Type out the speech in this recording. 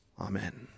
Amen